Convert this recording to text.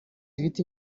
ibiti